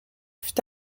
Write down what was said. fut